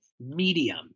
Medium